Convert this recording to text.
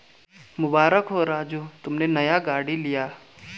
मुबारक हो राजू तुमने नया गाड़ी लिया